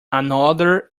another